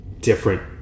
different